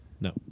No